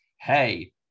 Hey